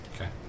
Okay